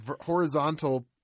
horizontal